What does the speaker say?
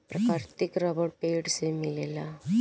प्राकृतिक रबर पेड़ से मिलेला